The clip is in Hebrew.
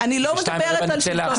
ב-14:14 נצא להפסקה.